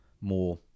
more